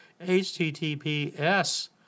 https